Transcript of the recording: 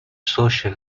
social